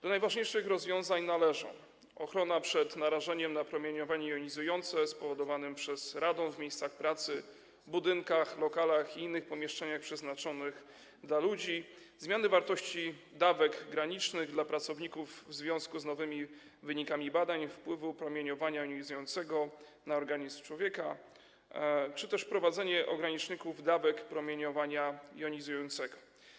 Do najważniejszych rozwiązań należą: ochrona przed narażeniem na promieniowanie jonizujące spowodowanym przez radon w miejscach pracy, w budynkach, lokalach i innych pomieszczeniach przeznaczonych dla ludzi, zmiany wartości dawek granicznych dla pracowników w związku z nowymi wynikami badań wpływu promieniowania jonizującego na organizm człowieka, czy też wprowadzenie ograniczników dawek promieniowania jonizującego.